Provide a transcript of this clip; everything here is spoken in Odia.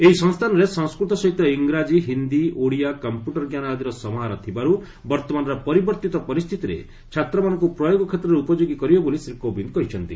ଏହି ସଂସ୍ଥାନରେ ସଂସ୍କୃତ ସହିତ ଇଂରାଜୀ ହିନ୍ଦୀ ଓଡ଼ିଆ କମ୍ପ୍ୟୁଟର ଜ୍ଞାନ ଆଦିର ସମାହାର ଥିବାରୁ ବର୍ତ୍ତମାନର ପରିବର୍ତ୍ତ ପରିସ୍ଥିତିରେ ଛାତ୍ରମାନଙ୍କୁ ପ୍ରୟୋଗ କ୍ଷେତ୍ରରେ ଉପଯୋଗୀ କରିବ ବୋଲି ଶ୍ରୀ କୋବିନ୍ଦ କହିଚ୍ଛନ୍ତି